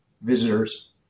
visitors